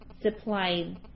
supply